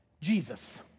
Jesus